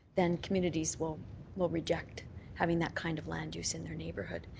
then communities will will reject having that kind of land use in their neighbourhood.